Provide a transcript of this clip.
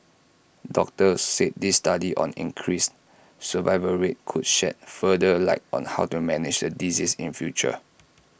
doctors said this study on increased survival rate could shed further light on how to manage the disease in future